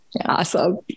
Awesome